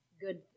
Good